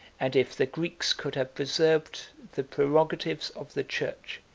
and if the greeks could have preserved the prerogatives of the church,